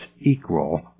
equal